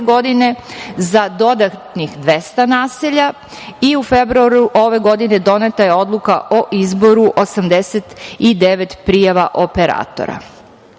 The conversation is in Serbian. godine za dodatnih 200 naselja i u februaru ove godine doneta je odluka o izboru 89 prijava operatora.